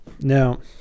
Now